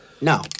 No